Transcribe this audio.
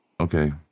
Okay